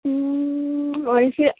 भनेपछि